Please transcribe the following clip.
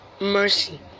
mercy